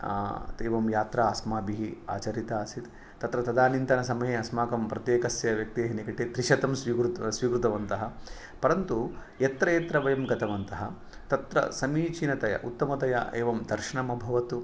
एवं यात्रा अस्माभिः आचरिता आसीत् तत्र तदानीन्तन समये अस्माकं प्रत्येकस्य व्यक्तिनिकटे त्रिशतं स्वीकृत् स्वीकृतवन्तः परन्तु यत्र यत्र वयं गतवन्तः तत्र समीचीनतया उत्तमतया एवं दर्शनम् अभवत्